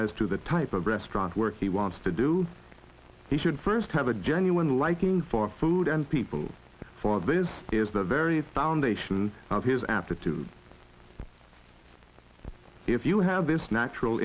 as to the type of restaurant work he wants to do he should first have a genuine liking for food and people for this is the very foundation of his aptitude if you have this natural